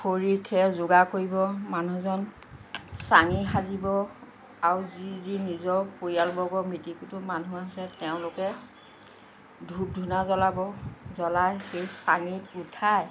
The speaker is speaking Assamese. খৰি খেৰ যোগাৰ কৰিব মানুহজন চাঙি সাজিব আৰু যি যি নিজৰ পৰিয়ালবৰ্গ মিতিৰ কুটুম মানুহ আছে তেওঁলোকে ধূপ ধূনা জ্ৱলাব জ্ৱলাই সেই চাঙিত উঠাই